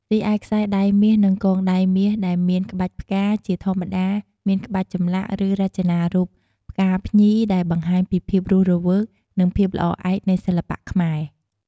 រីឯខ្សែដៃមាស និងកងដៃមាស ដែលមានក្បាច់ផ្កា ជាធម្មតាមានក្បាច់ចម្លាក់ ឬរចនារូប ផ្កាភ្ញី ដែលបង្ហាញពីភាពរស់រវើក និងភាពល្អឯកនៃសិល្បៈខ្មែរ។